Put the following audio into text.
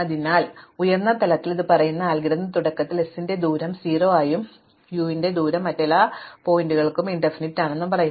അതിനാൽ ഉയർന്ന തലത്തിൽ ഇത് പറയുന്ന അൽഗോരിതം തുടക്കത്തിൽ s ന്റെ ദൂരം 0 ആയും യുവിന്റെ ദൂരം മറ്റെല്ലാ ശീർഷകങ്ങൾക്കും അനന്തമായിരിക്കണമെന്നും പറയുന്നു